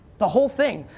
the whole thing.